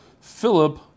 Philip